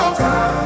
time